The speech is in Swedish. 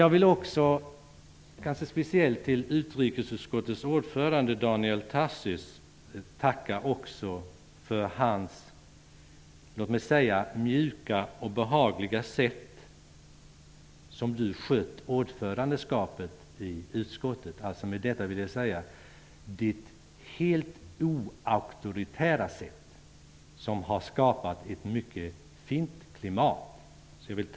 Jag vill speciellt tacka utrikesutskottets ordförande Daniel Tarschys för hans låt mig säga mjuka och behagliga sätt att sköta ordförandeskapet i utskottet. Tack för ditt helt oauktoritära sätt, som har skapat ett mycket fint klimat!